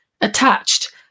attached